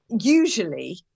usually